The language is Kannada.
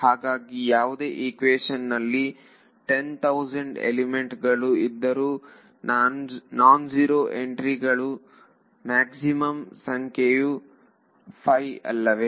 ಹಾಗಾಗಿ ಯಾವುದೇ ಈಕ್ವೇಶನ್ ನಲ್ಲಿ 10000 ಎಲಿಮೆಂಟ್ ಗಳು ಇದ್ದರೂ ನಾನ್ ಜೀರೋ ಎಂಟ್ರಿ ಗಳ ಮ್ಯಾಕ್ಸಿಮಮ್ ಸಂಖ್ಯೆಯು 5 ಅಲ್ಲವೇ